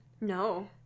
No